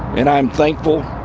and i'm thankful